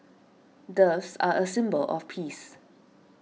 doves are a symbol of peace